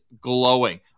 glowing